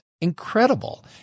incredible